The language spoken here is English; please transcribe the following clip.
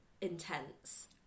intense